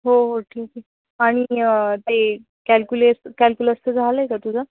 हो हो ठीक आहे आणि ते कॅल्क्युलेस कॅल्क्युलसचं झालं आहे का तुझं